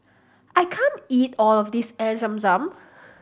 I can't eat all of this Air Zam Zam